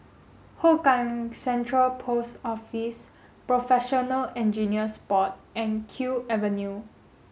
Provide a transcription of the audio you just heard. Hougang Central Post Office Professional Engineers Board and Kew Avenue